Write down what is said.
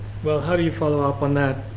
well, how do you follow up on that.